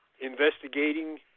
Investigating